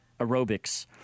Aerobics